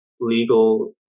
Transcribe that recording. legal